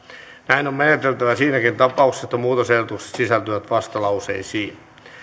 näin on meneteltävä siinäkin tapauksessa että muutosehdotukset sisältyvät vastalauseisiin